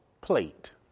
plate